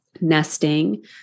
nesting